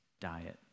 diet